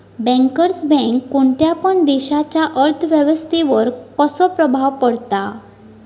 Bankers bank कोणत्या पण देशाच्या अर्थ व्यवस्थेवर कसो प्रभाव पाडता?